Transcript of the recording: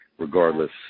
regardless